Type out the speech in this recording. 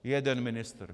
Jeden ministr.